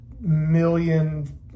million